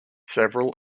several